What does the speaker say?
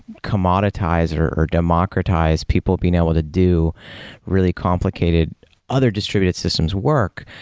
commoditize or or democratize people being able to do really complicated other distributed systems work,